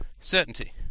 certainty